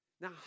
Now